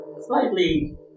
slightly